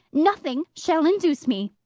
nothing shall induce me!